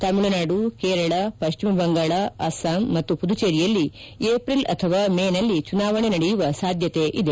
ತಮಿಳುನಾಡು ಕೇರಳ ಪಶ್ಚಿಮ ಬಂಗಾಳ ಅಸ್ವಾಂ ಮತ್ತು ಪುದುಚೇರಿಯಲ್ಲಿ ಏಪ್ರಿಲ್ ಅಥವಾ ಮೇ ನಲ್ಲಿ ಚುನಾವಣೆ ನಡೆಯುವ ಸಾಧ್ಯತೆ ಇದೆ